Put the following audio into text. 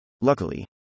Luckily